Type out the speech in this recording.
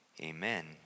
Amen